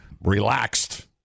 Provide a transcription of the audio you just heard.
Relaxed